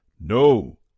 No